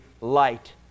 light